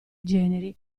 generi